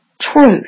truth